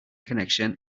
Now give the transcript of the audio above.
connection